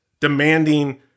demanding